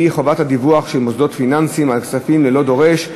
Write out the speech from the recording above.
חובת הדיווח של מוסדות פיננסיים על כספים ללא דורש,